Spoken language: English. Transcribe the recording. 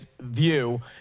view